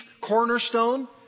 cornerstone